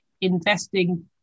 investing